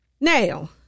now